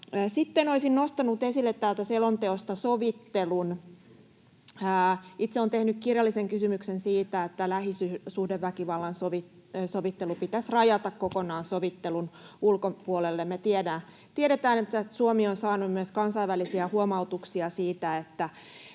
olisin nostanut esille täältä selonteosta sovittelun. Itse olen tehnyt kirjallisen kysymyksen siitä, että lähisuhdeväkivalta pitäisi rajata kokonaan sovittelun ulkopuolelle. Me tiedetään, että Suomi on saanut myös kansainvälisiä huomautuksia siitä, että